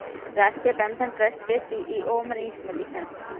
राष्ट्रीय pension trust के CEO Manish Malik है